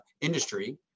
industry